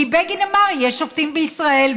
כי בגין אמר "יש שופטים בישראל".